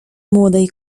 młodej